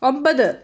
ഒമ്പത്